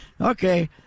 okay